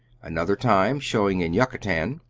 another time, showing in yucatan,